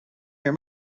your